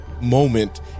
moment